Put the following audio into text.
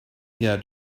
yeah